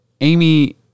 Amy